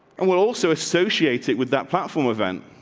and we'll also associate it with that platform event.